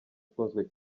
ukunzwe